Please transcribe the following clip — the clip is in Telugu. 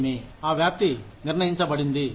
నీకు తెలుసు మరి నిర్ణయించబడింది అని